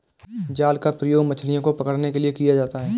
जाल का प्रयोग मछलियो को पकड़ने के लिये किया जाता है